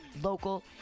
local